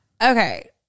Okay